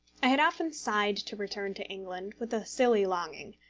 i had often sighed to return to england with a silly longing.